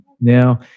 Now